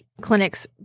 clinics